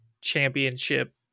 championship